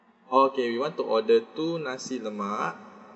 okay we want to order two nasi lemak